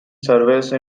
service